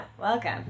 welcome